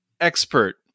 expert